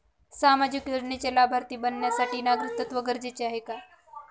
सामाजिक योजनेचे लाभार्थी बनण्यासाठी नागरिकत्व गरजेचे आहे का?